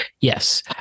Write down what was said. yes